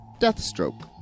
Deathstroke